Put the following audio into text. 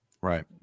Right